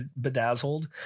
bedazzled